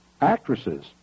actresses